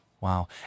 Wow